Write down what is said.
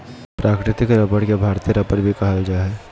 प्राकृतिक रबर के भारतीय रबर भी कहल जा हइ